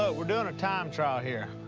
ah we're doing a time trial here.